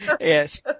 Yes